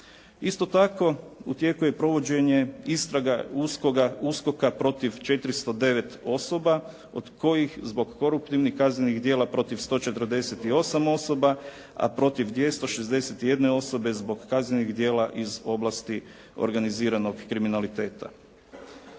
Isto tako, u tijeku je provođenje istraga USKOK-a protiv 409 osoba od kojih zbog koruptivnih kaznenih djela protiv 148 osoba a protiv 261 osobe zbog kaznenih djela iz oblasti organiziranog kriminaliteta.